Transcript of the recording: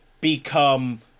become